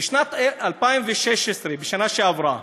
בשנת 2016, בשנה שעברה,